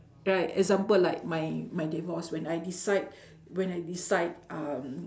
right example like my my divorce when I decide when I decide um